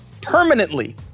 Permanently